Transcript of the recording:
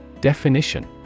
Definition